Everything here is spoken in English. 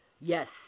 Yes